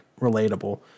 relatable